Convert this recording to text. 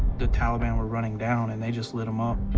the taliban were running down, and they just lit them up.